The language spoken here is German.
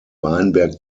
weinberg